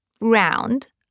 round